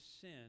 sin